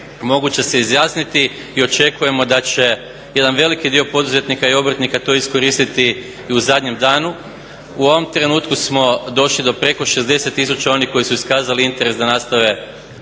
moguće se izjasniti, i očekujemo da će jedan veliki dio poduzetnika i obrtnika to iskoristiti i u zadnjem danu, u ovom trenutku smo došli do preko 60 tisuća onih koji su iskazali interes da nastave takav,